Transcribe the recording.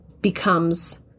becomes